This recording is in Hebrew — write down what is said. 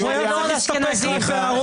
הוא פוטר.